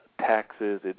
Taxes